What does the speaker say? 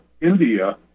India